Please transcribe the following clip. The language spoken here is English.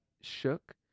shook